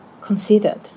considered